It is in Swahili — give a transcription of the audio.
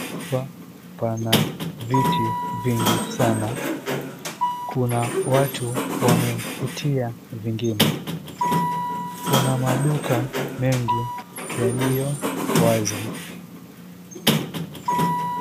...kwa pana vitu vingi sana. Kuna watu wamepitia vingine. Kuna maduka mengi yaliyo wazi.